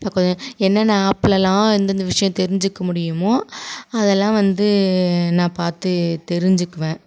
நான் கொஞ்சம் என்ன என்ன ஆப்லெலாம் எந்தெந்த விஷயம் தெரிஞ்சுக்க முடியுமோ அதை எல்லாம் வந்து நான் பார்த்து தெரிஞ்சுக்குவேன்